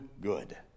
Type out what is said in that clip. good